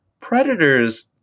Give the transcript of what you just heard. Predators